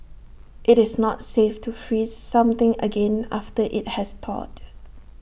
IT is not safe to freeze something again after IT has thawed